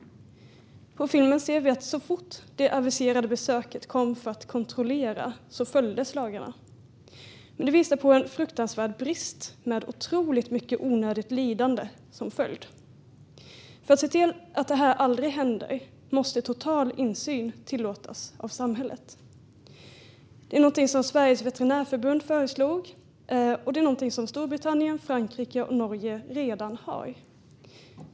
På filmen ser vi att lagarna följdes så fort besökarna kom för aviserad kontroll. Det visar på en fruktansvärd brist med otroligt mycket onödigt lidande som följd. För att se till att det här aldrig händer måste total insyn tillåtas av samhället. Det är någonting som Sveriges Veterinärförbund föreslagit och som Storbritannien, Frankrike och Norge redan har.